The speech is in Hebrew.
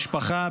משפחה,